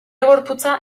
gorputza